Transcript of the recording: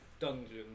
Dungeon